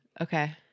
Okay